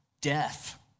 Death